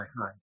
hi